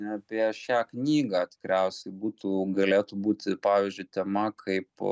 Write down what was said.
apie šią knygą tikriausiai būtų galėtų būti pavyzdžiu tema kaip